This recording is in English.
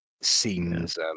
seems